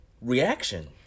reaction